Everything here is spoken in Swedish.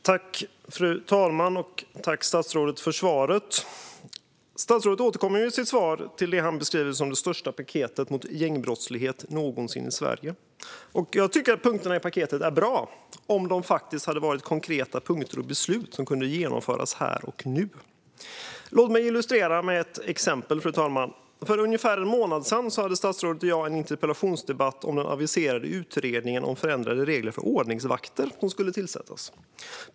Fru talman! Tack, statsrådet, för svaret! Statsrådet återkommer i sitt svar till det han beskriver som det största paketet mot gängbrottslighet någonsin i Sverige. Jag tycker att punkterna i paketet är bra - om de faktiskt var konkreta punkter och beslut som kunde genomföras här och nu. Låt mig illustrera med ett exempel, fru talman. För ungefär en månad sedan hade statsrådet och jag en interpellationsdebatt om den aviserade utredningen om förändrade regler för ordningsvakter som skulle tillsättas.